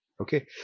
Okay